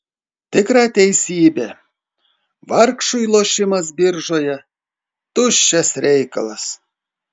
tikra teisybė vargšui lošimas biržoje tuščias reikalas